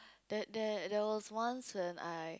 there there there was once when I